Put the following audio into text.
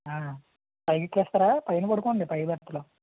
పైకెక్కేస్తారా పైన పడుకోండి పై బెర్తులో